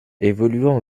évoluant